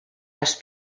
les